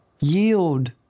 Yield